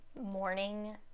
morning